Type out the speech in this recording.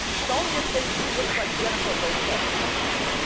sonya thinks she looks like jennifer lopez, okay.